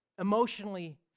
emotionally